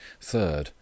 Third